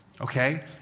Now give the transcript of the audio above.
okay